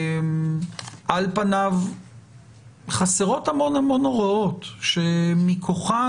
על פניו חסרות המון הוראות שמכוחן